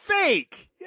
fake